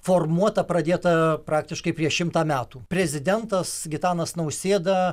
formuota pradėta praktiškai prieš šimtą metų prezidentas gitanas nausėda